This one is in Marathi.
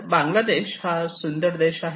बांगलादेश हा सुंदर देश आहे